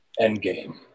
endgame